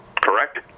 Correct